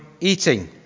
eating